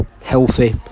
healthy